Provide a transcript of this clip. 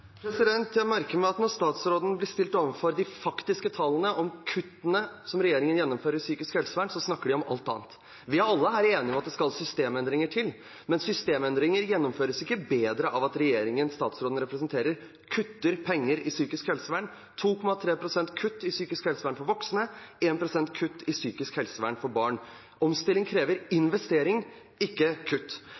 Jeg merker meg at når statsråden blir stilt overfor de faktiske tallene om kuttene som regjeringen gjennomfører i psykisk helsevern, snakker han om alt annet. Vi er alle her enige om at det skal systemendringer til, men systemendringer gjennomføres ikke bedre ved at regjeringen statsråden representerer, kutter penger i psykisk helsevern – 2,3 pst. kutt i psykisk helsevern for voksne, og 1 pst. i psykisk helsevern for barn. Omstilling krever investering, ikke kutt.